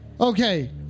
Okay